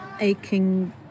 aching